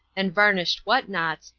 and varnished what-nots,